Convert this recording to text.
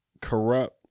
Corrupt